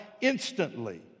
instantly